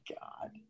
God